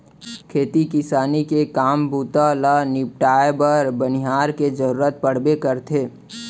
खेती किसानी के काम बूता ल निपटाए बर बनिहार के जरूरत पड़बे करथे